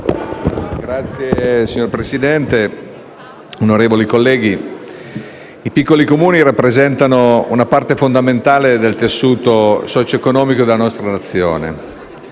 PLI))*. Signora Presidente, onorevoli colleghi, i piccoli Comuni rappresentano una parte fondamentale del tessuto socio-economico della nostra Nazione